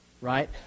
right